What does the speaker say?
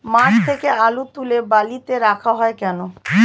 মাঠ থেকে আলু তুলে বালিতে রাখা হয় কেন?